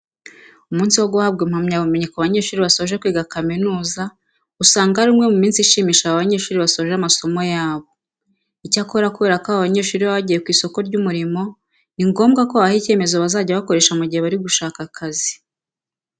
Umunsi wo guhabwa impamyabumenyi ku banyeshuri basoje kwiga kaminuza, usanga ari umwe mu minsi ishimisha aba banyeshuri basoje amasomo yabo. Icyakora kubera ko aba banyeshuri baba bagiye ku isoko ry'umurimo ni ngombwa ko babaha icyemezo bazajya bakoresha mu gihe bari gushaka akazi.